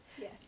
Yes